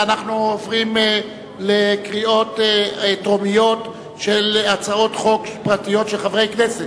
אנחנו עוברים לקריאות טרומיות של הצעות חוק פרטיות של חברי הכנסת.